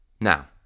Now